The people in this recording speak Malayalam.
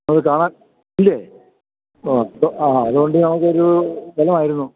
നമുക്ക് കാണാൻ ഇല്ലേ ആ ഇപ്പം ആ അതുണ്ടെങ്കിൽ നമുക്കൊരു ബലമായിരുന്നു